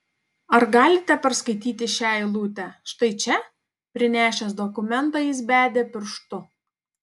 ar galite perskaityti šią eilutę štai čia prinešęs dokumentą jis bedė pirštu